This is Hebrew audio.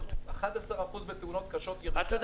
ירידה של 11% בתאונות קשות --- אתה יודע